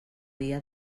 dia